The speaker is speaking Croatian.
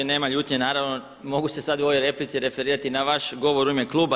Nema ljutnje, naravno, mogu se sada u ovoj replici referirati na vaš govor u ime kluba.